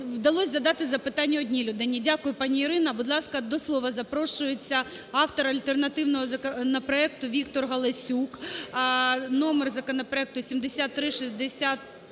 вдалося задати запитання одній людині. Дякую, пані Ірино. Будь ласка, до слова запрошується автор альтернативного законопроекту Віктор Галасюк. Номер законопроекту 7363-1.